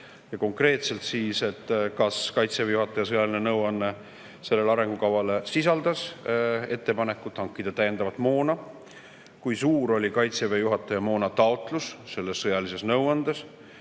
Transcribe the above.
Konkreetselt siis: kas Kaitseväe juhataja sõjaline nõuanne selle arengukava kohta sisaldas ettepanekut hankida täiendavat moona? Kui suur oli Kaitseväe juhataja moonataotlus selles sõjalises nõuandes?